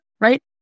right